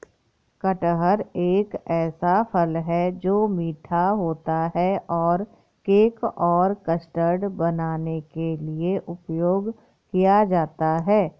कटहल एक ऐसा फल है, जो मीठा होता है और केक और कस्टर्ड बनाने के लिए उपयोग किया जाता है